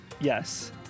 Yes